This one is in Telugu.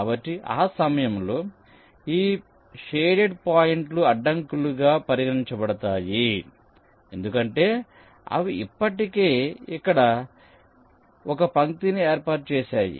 కాబట్టి ఆ సమయంలో ఈ షేడెడ్ పాయింట్లు అడ్డంకులుగా పరిగణించబడతాయి ఎందుకంటే అవి ఇప్పటికే ఇక్కడ ఒక పంక్తిని ఏర్పాటు చేశాయి